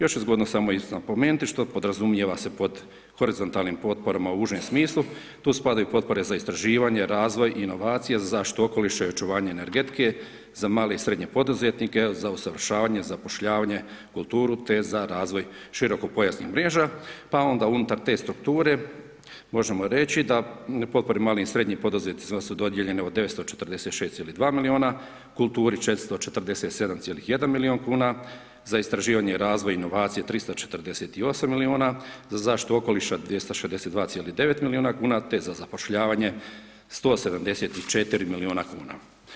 Još je zgodno samo isto napomenuti što podrazumijeva se pod horizontalnim potporama u užem smislu tu spadaju potpore za istraživanje, razvoj, inovacije, za zaštitu okoliša i očuvanje energetike, za male i srednje poduzetnike, za usavršavanje, zapošljavanje, kulturu te za razvoj široko pojasnih mreža, pa onda unutar te strukture možemo reći da potpore malim i srednjim poduzetnicima su dodijeljene od 946,2 miliona, kulturi 447,1 milion kuna, za istraživanje i razvoj inovacije 348 miliona, za zaštitu okoliša 262,9 miliona kuna te za zapošljavanje 174 miliona kuna.